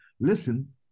listen